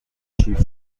چیپ